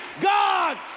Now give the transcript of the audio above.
God